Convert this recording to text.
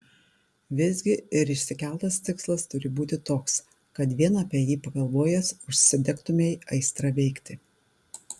visgi ir išsikeltas tikslas turi būti toks kad vien apie jį pagalvojęs užsidegtumei aistra veikti